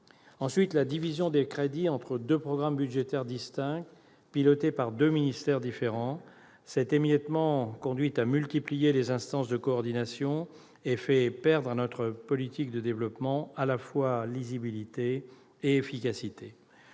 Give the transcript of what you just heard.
ensuite à la division des crédits entre deux programmes budgétaires distincts, pilotés par deux ministères différents. Cet émiettement conduit à multiplier les instances de coordination et fait perdre à notre politique d'aide au développement à la fois lisibilité et efficacité.